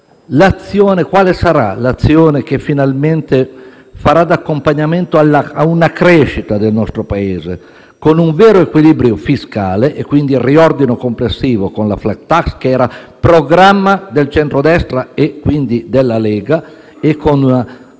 cittadinanza), quale sarà l'azione che finalmente farà d'accompagnamento a una crescita del nostro Paese con un vero equilibrio fiscale e, quindi, il riordino complessivo con la *flat tax* (che era programma del centrodestra e, quindi, della Lega) e con una